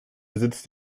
besitz